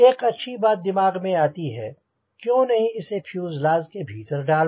एक अच्छी बात दिमाग में आती है कि क्यों नहीं इसे फ्यूजलाज़ के भीतर डाल दें